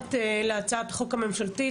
שמחכות להצעת החוק הממשלתית,